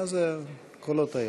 מה הקולות האלה?